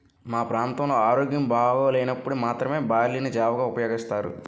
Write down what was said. మా ప్రాంతంలో ఆరోగ్యం బాగోలేనప్పుడు మాత్రమే బార్లీ ని జావగా ఉపయోగిస్తారు